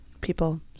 people